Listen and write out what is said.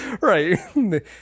Right